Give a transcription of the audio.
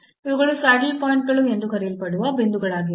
ಇವುಗಳು ಸ್ಯಾಡಲ್ ಪಾಯಿಂಟ್ಗಳು ಎಂದು ಕರೆಯಲ್ಪಡುವ ಬಿಂದುಗಳಾಗಿವೆ